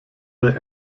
der